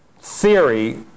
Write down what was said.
theory